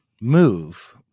move